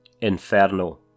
Inferno